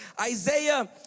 Isaiah